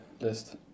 list